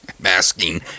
masking